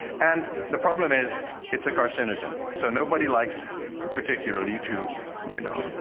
and the problem is it's a carcinogen. so nobody likes particularly to you know,